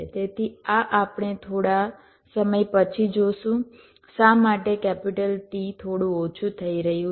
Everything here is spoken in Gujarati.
તેથી આ આપણે થોડા સમય પછી જોશું શા માટે T થોડું ઓછું થઈ રહ્યું છે